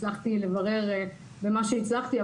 הצלחתי לברר מה שהצלחתי,